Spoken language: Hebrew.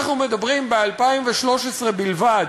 אנחנו מדברים ב-2013 בלבד